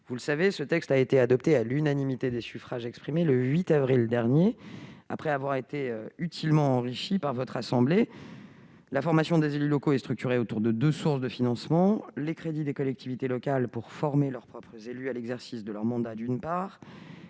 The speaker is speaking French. Vous le savez, ce texte a été adopté à l'unanimité des suffrages exprimés le 8 avril dernier, après avoir été utilement enrichi par votre assemblée. La formation des élus locaux est structurée autour de deux sources de financement : les crédits des collectivités locales pour former leurs propres élus à l'exercice de leur mandat, d'une part,